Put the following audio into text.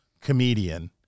comedian